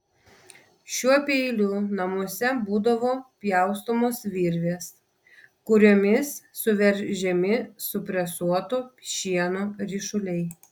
šiuo peiliu namuose būdavo pjaustomos virvės kuriomis suveržiami supresuoto šieno ryšuliai